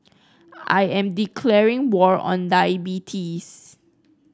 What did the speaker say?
I am declaring war on diabetes